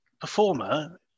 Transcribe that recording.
performer